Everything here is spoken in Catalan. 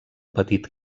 petit